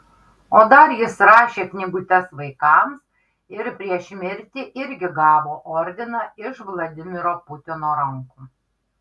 o dar jis rašė knygutes vaikams ir prieš mirtį irgi gavo ordiną iš vladimiro putino rankų